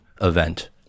event